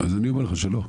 אז אני אומר לך שלא.